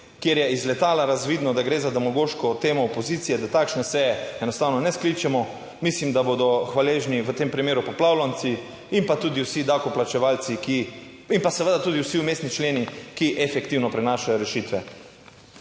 kjer je iz letala razvidno, da gre za demagoško temo opozicije, da takšne seje enostavno ne skličemo - mislim, da bodo hvaležni v tem primeru poplavljenci in pa tudi vsi davkoplačevalci, ki, in pa seveda tudi vsi vmesni členi, ki efektivno prinašajo rešitve.